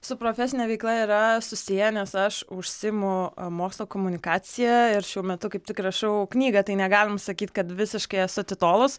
su profesine veikla yra susiję nes aš užsiimu mokslo komunikacija ir šiuo metu kaip tik rašau knygą tai negalim sakyt kad visiškai esu atitolusi